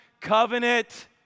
covenant